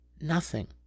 Nothing